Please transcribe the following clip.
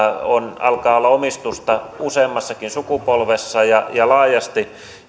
alkaa olla omistusta useammassakin sukupolvessa ja ja laajasti